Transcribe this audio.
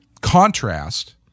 contrast